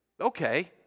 Okay